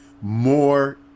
more